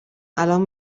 الان